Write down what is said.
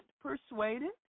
persuaded